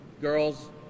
girls